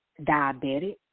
diabetic